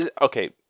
Okay